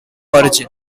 origin